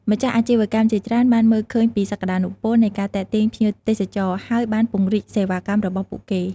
ម្ចាស់អាជីវកម្មជាច្រើនបានមើលឃើញពីសក្ដានុពលនៃការទាក់ទាញភ្ញៀវទេសចរ ហើយបានពង្រីកសេវាកម្មរបស់ពួកគេ។